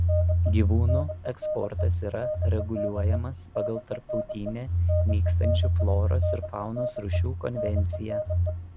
gyvūnų eksportas yra reguliuojamas pagal tarptautinę nykstančių floros ir faunos rūšių konvenciją